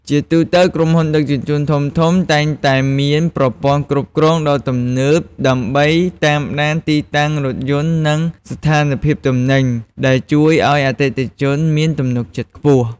ជាទូទៅ ក្រុមហ៊ុនដឹកជញ្ជូនធំៗតែងតែមានប្រព័ន្ធគ្រប់គ្រងដ៏ទំនើបដើម្បីតាមដានទីតាំងរថយន្តនិងស្ថានភាពទំនិញ ដែលជួយឱ្យអតិថិជនមានទំនុកចិត្តខ្ពស់។